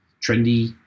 trendy